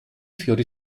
fiori